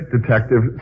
detective